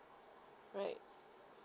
right